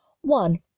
one